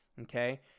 okay